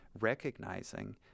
recognizing